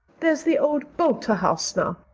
there's the old boulter house now.